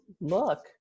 look